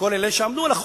לכל אלה שעמלו על החוק.